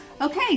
Okay